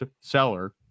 seller